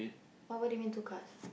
what what do you mean two cars